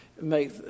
make